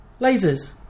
lasers